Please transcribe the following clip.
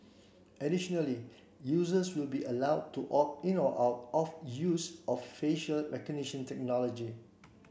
additionally users will be allowed to opt in or out of use of facial recognition technology